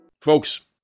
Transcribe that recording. Folks